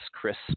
crisp